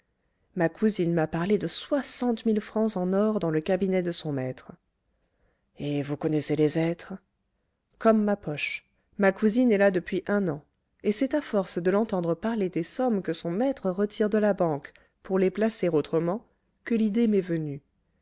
ma cousine m'a parlé de soixante mille francs en or dans le cabinet de son maître et vous connaissez les êtres comme ma poche ma cousine est là depuis un an et c'est à force de l'entendre parler des sommes que son maître retire de la banque pour les placer autrement que l'idée m'est venue